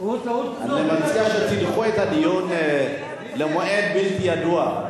אני מציע שתדחו את הדיון למועד בלתי ידוע.